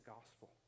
gospel